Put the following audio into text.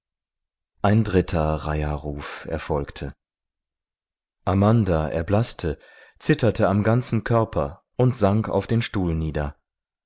ein dritter reiherruf erfolgte amanda erblaßte zitterte am ganzen körper und sank auf den stuhl nieder